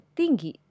tinggi